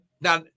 now